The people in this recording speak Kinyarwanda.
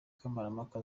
kamarampaka